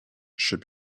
should